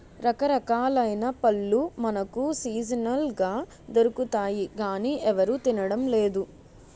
రకరకాలైన పళ్ళు మనకు సీజనల్ గా దొరుకుతాయి గానీ ఎవరూ తినడం లేదు